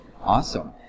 awesome